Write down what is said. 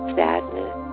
sadness